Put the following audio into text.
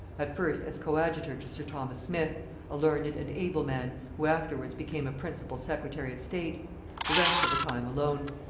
at first as coadjutor to sir thomas smith a learned and able man, who afterwards became a principal secretary of state the rest of the time alone.